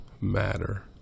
matter